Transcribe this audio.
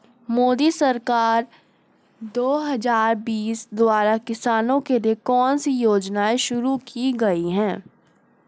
मोदी सरकार दो हज़ार बीस द्वारा किसानों के लिए कौन सी योजनाएं शुरू की गई हैं?